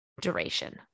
Duration